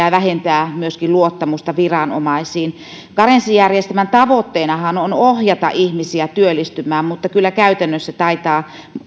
ja myöskin vähentää luottamusta viranomaisiin karenssijärjestelmän tavoitteenahan on ohjata ihmisiä työllistymään mutta kyllä käytännössä taitaa